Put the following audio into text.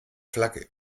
flagge